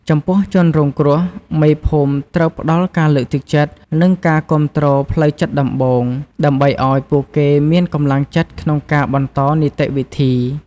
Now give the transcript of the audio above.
ចំពោះជនរងគ្រោះ មេភូមិត្រូវផ្ដល់ការលើកទឹកចិត្ត និងការគាំទ្រផ្លូវចិត្តដំបូង ដើម្បីឲ្យពួកគេមានកម្លាំងចិត្តក្នុងការបន្តនីតិវិធី។